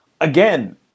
Again